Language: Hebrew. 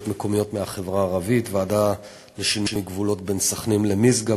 מקומיות מהחברה הערבית: ועדה לשינוי גבולות בין סח'נין למשגב,